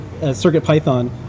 CircuitPython